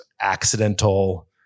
accidental